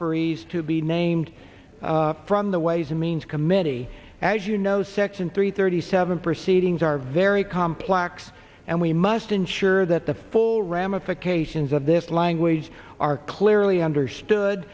erees to be named from the ways and means committee as you know section three thirty seven proceedings are very complex and we must ensure that the full ramifications of this language are clearly understood